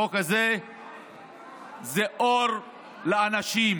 החוק הזה זה אור לאנשים.